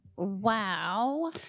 Wow